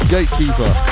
Gatekeeper